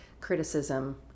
criticism